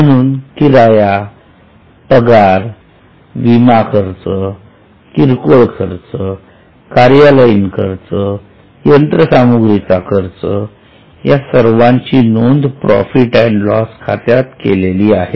म्हणून किराया पगार विमा खर्च किरकोळ खर्च कार्यालयीन खर्च आणि यंत्रसामग्रीचा खर्च या सर्वांची नोंद प्रॉफिट अँड लॉस खात्यात केलेली आहे